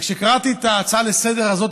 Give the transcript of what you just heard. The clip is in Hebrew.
כשקראתי את ההצעה לסדר-היום הזאת,